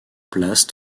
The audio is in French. place